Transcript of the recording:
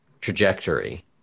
trajectory